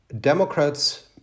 Democrats